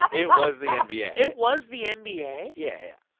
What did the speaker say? it was the ah nba. it was the nba? yeah, yeah.